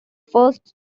first